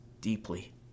deeply